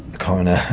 coroner,